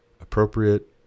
appropriate